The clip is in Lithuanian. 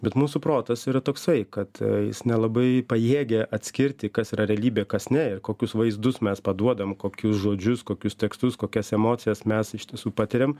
bet mūsų protas yra toksai kad jis nelabai pajėgia atskirti kas yra realybė kas ne ir kokius vaizdus mes paduodam kokius žodžius kokius tekstus kokias emocijas mes iš tiesų patiriam